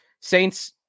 saints